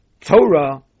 Torah